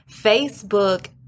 Facebook